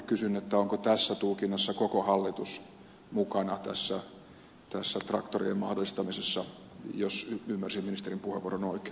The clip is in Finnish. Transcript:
kysyn onko tässä tulkinnassa koko hallitus mukana tässä traktorien mahdollistamisessa jos nyt ymmärsin ministerin puheenvuoron oikein